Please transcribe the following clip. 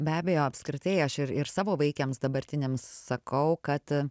be abejo apskritai aš ir ir savo vaikiams dabartiniams sakau kad